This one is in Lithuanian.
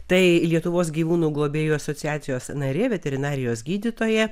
tai lietuvos gyvūnų globėjų asociacijos narė veterinarijos gydytoja